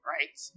Right